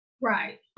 right